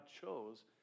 chose